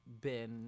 been-